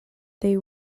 they